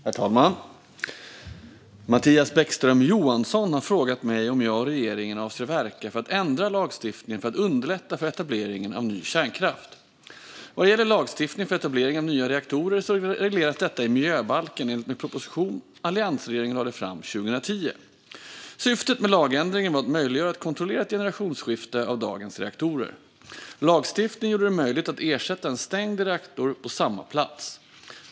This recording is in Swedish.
Herr talman! Mattias Bäckström Johansson har frågat mig om jag och regeringen avser att verka för att ändra lagstiftningen för att underlätta för etablering av ny kärnkraft. Vad gäller lagstiftningen för etablering av nya reaktorer regleras detta i miljöbalken i enlighet med den proposition alliansregeringen lade fram 2010. Syftet med lagändringen var att möjliggöra ett kontrollerat generationsskifte av dagens reaktorer. Lagstiftningen gjorde det möjligt att ersätta en stängd reaktor på samma plats.